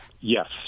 Yes